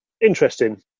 interesting